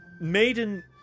Maiden